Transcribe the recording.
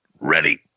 Ready